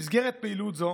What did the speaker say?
במסגרת פעילות זו